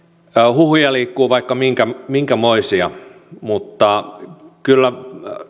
huhuja liikkuu vaikka minkämoisia mutta kyllä